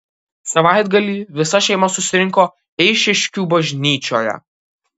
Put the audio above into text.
savaitgalį visa šeima susirinko eišiškių bažnyčioje